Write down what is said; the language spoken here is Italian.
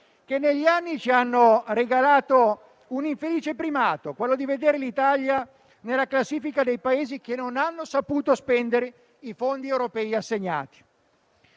che negli anni ci hanno regalato un infelice primato, quello di vedere l'Italia nella classifica dei Paesi che non hanno saputo spendere i fondi europei assegnati.